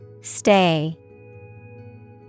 Stay